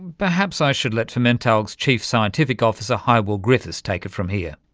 perhaps i should let fermentalg's chief scientistic officer, hywell griffiths take it from here.